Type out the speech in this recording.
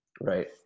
Right